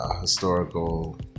historical